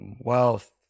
wealth